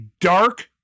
dark